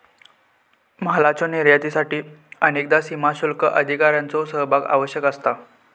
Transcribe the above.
मालाच्यो निर्यातीसाठी अनेकदा सीमाशुल्क अधिकाऱ्यांचो सहभाग आवश्यक असता